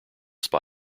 spy